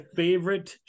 favorite